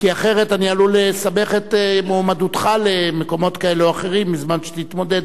כי אחרת אני עלול לסבך את מועמדותך למקומות כאלה או אחרים בזמן שתתמודד,